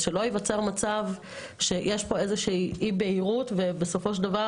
שלא ייווצר מצב שיש כאן איזושהי אי בהירות ובסופו של דבר